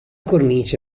cornice